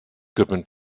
goodman